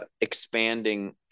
expanding